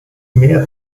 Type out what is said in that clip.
mehr